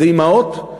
זה לאימהות,